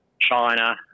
China